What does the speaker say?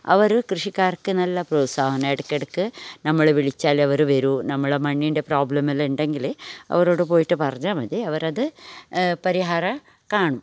അവർ കൃഷിക്കാർക്ക് നല്ല പ്രോത്സാഹനം ഇടക്കിടയ്ക്ക് നമ്മൾ വിളിച്ചാൽ അവർ വരും നമ്മളെ മണ്ണിൻ്റെ പ്രോബ്ലം എല്ലാം ഉണ്ടെങ്കിൽ അവരോട് പോയിട്ട് പറഞ്ഞാൽ മതി അവർ അത് പരിഹാരം കാണും